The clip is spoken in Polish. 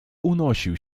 unosił